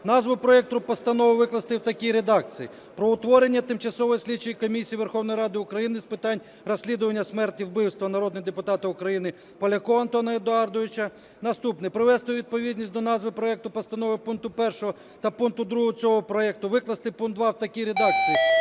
назву проекту постанови викласти в такій редакції: "Про утворення Тимчасової слідчої комісії Верховної Ради України з питань розслідування смерті (вбивства) народного депутата України Полякова Антона Едуардовича". Наступне. Привести у відповідність до назви проекту постанови пункту першого та пункту другого цього проекту. Викласти пункт 2 в такій редакції: